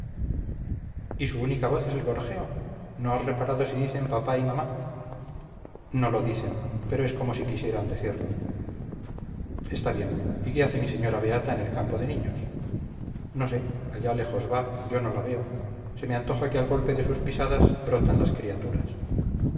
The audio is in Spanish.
y su única voz es el gorjeo no has reparado sí dicen papá y mamá no lo dicen pero es como si quisieran decirlo está bien y qué hace mi señora beata en el campo de niños no sé allá lejos va yo no la veo se me antoja que al golpe de sus pisadas brotan las criaturas